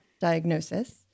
diagnosis